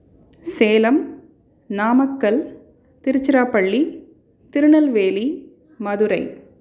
Salem Namakkal Tiruchirappalli Tirunelveli Madurai